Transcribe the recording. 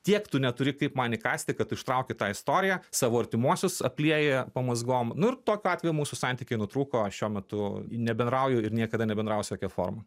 tiek tu neturi kaip man įkąsti kad ištrauki tą istoriją savo artimuosius aplieji pamazgom nu ir tokiu atveju mūsų santykiai nutrūko šiuo metu nebendrauju ir niekada nebendrausiu jokia forma